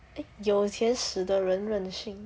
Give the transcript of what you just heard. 有钱死的人认心